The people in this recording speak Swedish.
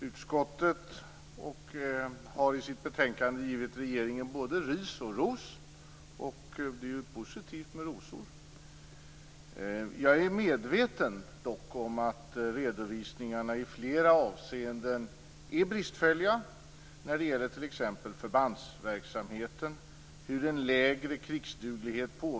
Fru talman! Utskottet har i sitt betänkande givit regeringen både ris och ros. Och det är ju positivt med rosor. Jag är dock medveten om att redovisningarna i flera avseenden är bristfälliga när det gäller t.ex.